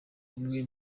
umwe